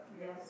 Yes